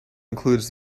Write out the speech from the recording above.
includes